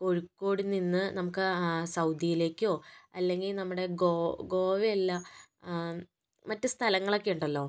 കോഴിക്കോട് നിന്ന് നമുക്ക് സൗദിയിലേക്കോ അല്ലെങ്കിൽ നമ്മുടെ ഗോ ഗോവയല്ല മറ്റ് സ്ഥലങ്ങളൊക്കെയുണ്ടല്ലോ